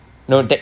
and